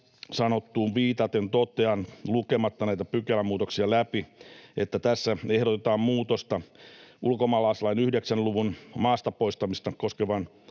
sanottuun viitaten totean, lukematta näitä pykälämuutoksia läpi, että tässä ehdotetaan muutosta ulkomaalaislain 9 luvun — maasta poistamista koskevan